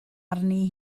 arni